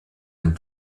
ein